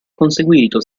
conseguito